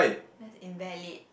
that's invalid